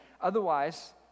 Otherwise